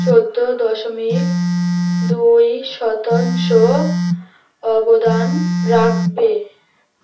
চোদ্দো দশমিক দুই শতাংশ অবদান রাখবে